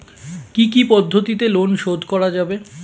কি কি পদ্ধতিতে লোন শোধ করা যাবে?